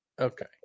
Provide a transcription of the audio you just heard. Okay